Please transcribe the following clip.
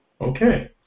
Okay